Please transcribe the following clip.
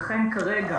לכן כרגע,